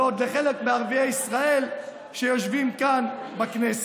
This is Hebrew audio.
ועוד לחלק מערביי ישראל שיושבים כאן בכנסת.